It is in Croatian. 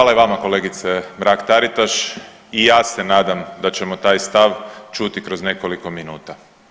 Hvala i vama kolegice Mrak Taritaš i ja se nadam da ćemo taj stav čuti kroz nekoliko minuta.